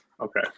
Okay